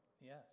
Yes